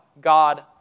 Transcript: God